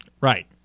Right